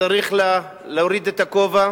צריך להוריד את הכובע